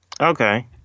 Okay